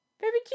Baby